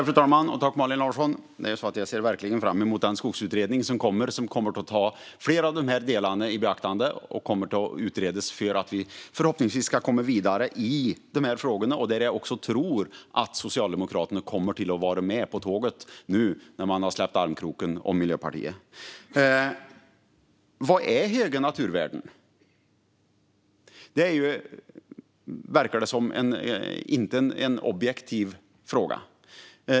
Fru talman! Jag ser verkligen fram emot skogsutredningen, som kommer att ta flera av de här delarna i beaktande. Utredningen gör förhoppningsvis att vi kommer vidare i de här frågorna. Jag tror att även Socialdemokraterna kommer att vara med på tåget nu när de har släppt armkroken med Miljöpartiet. Vad är "höga naturvärden"? Det verkar inte vara någon objektiv fråga.